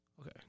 Okay